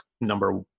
number